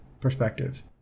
perspective